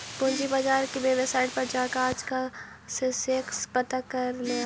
पूंजी बाजार की वेबसाईट पर जाकर आज का सेंसेक्स पता कर ल